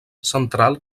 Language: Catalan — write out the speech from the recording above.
central